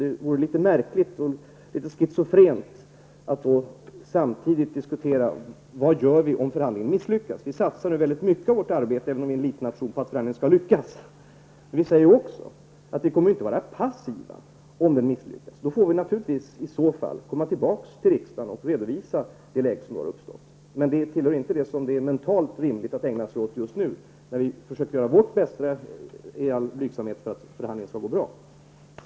Det vore litet märkligt och schizofrent att då samtidigt diskutera vad vi skall göra om förhandlingen misslyckas. Vi satsar nu mycket av vårt arbete på att förhandlingen skall lyckas, även om Sverige är en liten nation. Vi säger också att vi inte kommer att vara passiva om den misslyckas. I så fall får vi naturligtvis komma tillbaka till riksdagen och redovisa det läge som har uppstått. Men det är inte mentalt rimligt att just nu, när i all blygsamhet vi försöker göra vårt bästa för att förhandlingen skall gå bra, förbereda oss för detta.